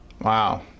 Wow